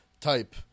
type